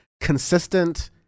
consistent